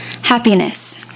Happiness